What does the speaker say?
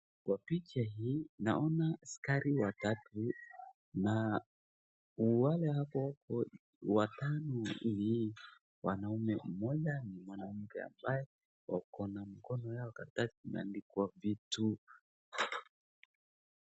Kwa picha hii naona askari watatu na wale hapo watano ni wanaume, mmoja ni mwanake ambaye wako na mikononi mwao karatasi imeandikwa vitu.